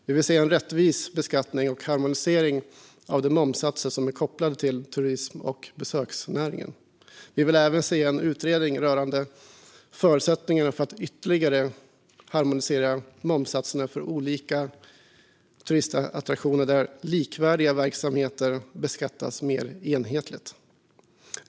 Vi vill se en rättvis beskattning och en harmonisering av de momssatser som är kopplade till turism och besöksnäringen. Vi vill även se en utredning rörande förutsättningarna för att ytterligare harmonisera momssatserna för olika turistattraktioner där likvärdiga verksamheter beskattas mer enhetligt.